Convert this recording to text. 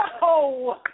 No